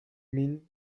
mines